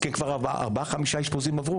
כי הן עברו כבר ארבעה-חמישה אשפוזים.